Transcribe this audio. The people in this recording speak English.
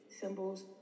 symbols